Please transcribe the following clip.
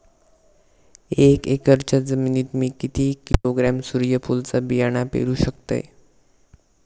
एक एकरच्या जमिनीत मी किती किलोग्रॅम सूर्यफुलचा बियाणा पेरु शकतय?